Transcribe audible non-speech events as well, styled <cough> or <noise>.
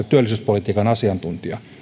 <unintelligible> työllisyyspolitiikan asiantuntija